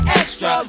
extra